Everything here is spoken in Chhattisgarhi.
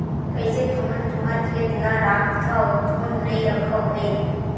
कइसे तुमन तुँहर खेत ल राखथँव धुन नइ रखव भइर?